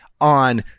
on